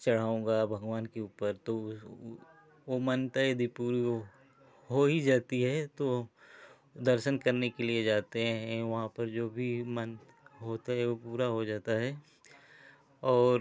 चढ़ाऊंगा भगवान के ऊपर तो वो मनता यदि पूरी हो ही जाती है तो दर्शन करने के लिए जाते हैं वहाँ पर जो भी मनता होता है वो पूरा हो जाता है और